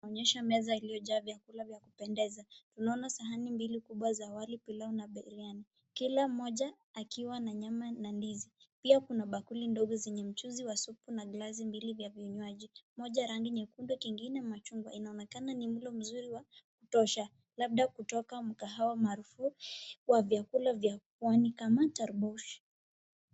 Inaonyesha meza iliyojaa vyakula vya kupendeza. Tunaona sahani mbili kubwa za wali, pilau na biriani. Kila mmoja akiwa na nyama na ndizi pia kuna bakuli ndogo zenye mchuzi wa supu na glasi mbili vya vinywaji moja ya rangi nyekundu, ingine machungwa. Inaonekana ni mlo mzuri wa kutosha labda kutoka mkahawa maarufu wa vyakula vya pwani kama Tarboush .